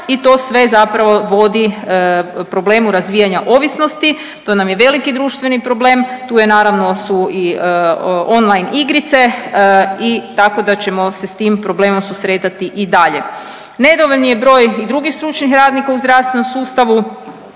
i to sve zapravo vodi problem razvijanja ovisnosti, to nam je veliki društveni problem, tu je naravno su i online igrice i tako da ćemo se s tim problemom susretati i dalje. Nedovoljan je broj i drugih stručnih radnika u zdravstvenom sustavu,